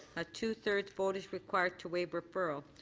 a two-thirds vote is required to waive referral.